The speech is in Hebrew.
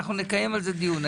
אנחנו נקיים על זה דיון.